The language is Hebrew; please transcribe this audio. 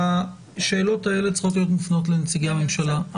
השאלות האלה צריכות להיות מופנות לנציגי הממשלה.